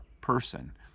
person